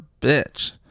bitch